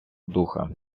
духа